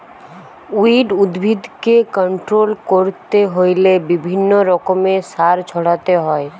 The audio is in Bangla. উইড উদ্ভিদকে কন্ট্রোল করতে হইলে বিভিন্ন রকমের সার ছড়াতে হয়